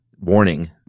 warning